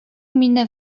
minę